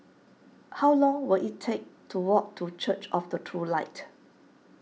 how long will it take to walk to Church of the True Light